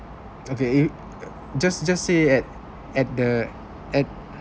okay if just just say at at the at